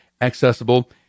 accessible